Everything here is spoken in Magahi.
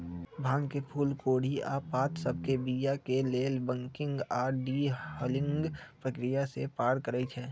भांग के फूल कोढ़ी आऽ पात सभके बीया के लेल बंकिंग आऽ डी हलिंग प्रक्रिया से पार करइ छै